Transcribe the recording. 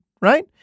right